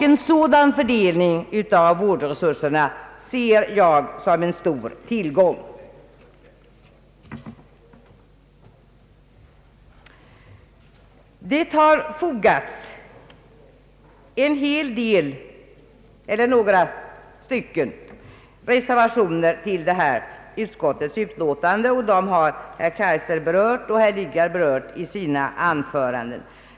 En sådan fördelning av vårdresurserna ser jag som en stor tillgång. Det har fogats några reservationer till detta utskottsutlåtande och dem har herrar Kaijser och Lidgard berört i sina anföranden.